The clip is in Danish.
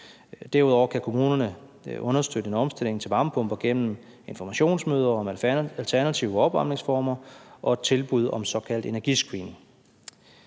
Derudover kan kommunerne understøtte en omstilling til varmepumper gennem informationsmøder om alternative opvarmningsformer og et tilbud om et såkaldt energiscreen.